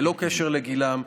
ללא קשר לגילם,